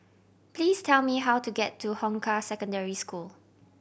please tell me how to get to Hong Kah Secondary School